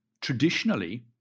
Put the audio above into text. traditionally